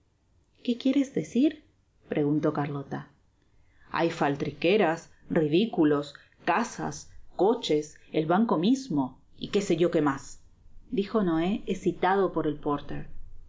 qué quiéres decir preguntó carlota hay faltriqueras ridiculos casas coches el banco mismo y que se yo que mas dijo noé escitado por el poner